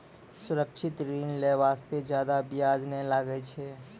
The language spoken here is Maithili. सुरक्षित ऋण लै बास्ते जादा बियाज नै लागै छै